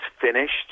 finished